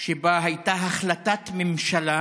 שבה הייתה קודם החלטת ממשלה